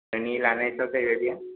नोंनि लानायनि सायाव जायैबाय बेयो